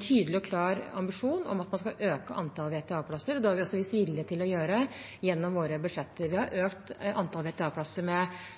tydelig og klar ambisjon om å øke antallet VTA-plasser. Det har vi også vist vilje til å gjøre gjennom våre budsjetter. Vi har økt antallet VTA-plasser med